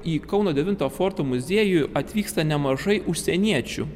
į kauno devinto forto muziejų atvyksta nemažai užsieniečių